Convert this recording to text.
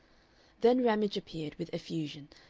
then ramage appeared with effusion,